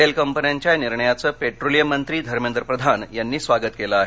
तेल कंपन्यांच्या या निर्णयाचं पेट्रोलियम मंत्री धमेंद्र प्रधान यांनीस्वागत केलं आहे